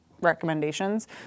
Recommendations